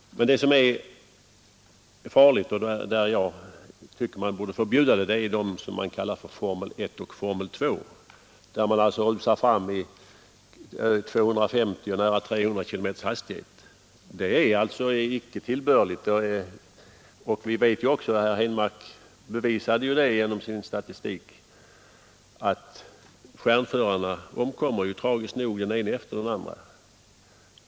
Men det som är farligt och som jag tycker att man borde förbjuda är de s.k. Formel I och Formel II-tävlingarna, där man rusar fram med en hastighet av 250 eller t.o.m. 300 kilometer i timmen. Det är icke tillbörligt, och vi vet oc stj — vilket herr Henmark bevisade genom sin statistik — att ärnförarna tragiskt nog omkommer den ene efter den andre.